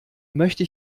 möchte